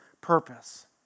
purpose